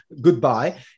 goodbye